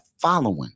following